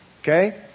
Okay